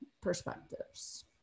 perspectives